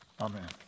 Amen